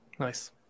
Nice